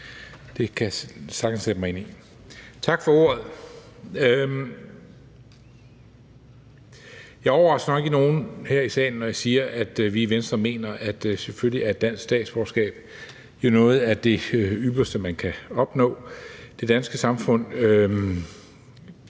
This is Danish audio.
det kan jeg sagtens sætte mig ind i. Tak for ordet. Jeg overrasker nok ikke nogen her i salen, når jeg siger, at vi selvfølgelig i Venstre mener, at dansk statsborgerskab er noget af det ypperste, man kan opnå. Det danske samfund